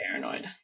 paranoid